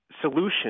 solution